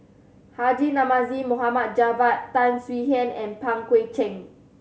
Haji Namazie Mohd Javad Tan Swie Hian and Pang Guek Cheng